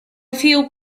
feel